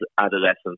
adolescence